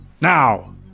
Now